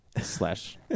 slash